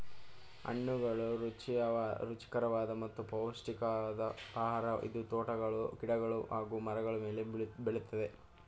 ಹಣ್ಣುಗಳು ರುಚಿಕರವಾದ ಮತ್ತು ಪೌಷ್ಟಿಕವಾದ್ ಆಹಾರ ಇದು ತೋಟಗಳು ಗಿಡಗಳು ಹಾಗೂ ಮರಗಳ ಮೇಲೆ ಬೆಳಿತದೆ